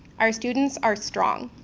our students are strong,